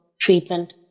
treatment